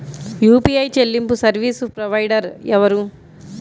UPI చెల్లింపు service provider ఎవరు?